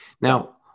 Now